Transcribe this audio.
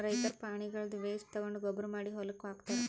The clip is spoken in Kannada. ರೈತರ್ ಪ್ರಾಣಿಗಳ್ದ್ ವೇಸ್ಟ್ ತಗೊಂಡ್ ಗೊಬ್ಬರ್ ಮಾಡಿ ಹೊಲಕ್ಕ್ ಹಾಕ್ತಾರ್